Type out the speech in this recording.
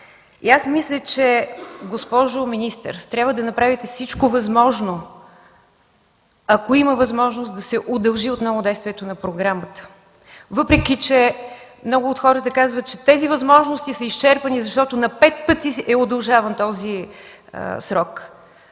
мисля, че трябва да направите всичко необходимо – ако има възможност, да се удължи отново действието на програмата, въпреки че много от хората казват, че тези възможности са изчерпани, защото на пет пъти е удължаван срокът.